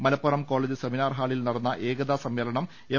Malappuram college seminar ഹാളിൽ നടന ഏകതാ സമ്മേളനം എം